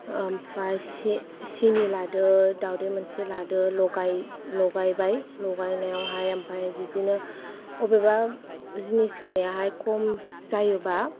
ओमफ्राय चिनि लादो दावदै मोनसे लादो लगायबाय लगायनायावहाय ओमफ्राय बिदिनो बबेबा जिनिस होनाया बिदिनो खम जायोबा